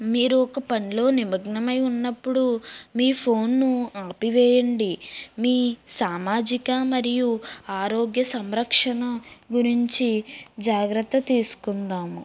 మీరు ఒక పనిలో నిమగ్నమై ఉన్నప్పుడు మీ ఫోన్ను ఆపివేయండి మీ సామాజిక మరియు ఆరోగ్య సంరక్షణ గురించి జాగ్రత్త తీసుకుందాము